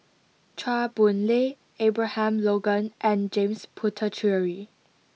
Chua Boon Lay Abraham Logan and James Puthucheary